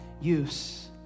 use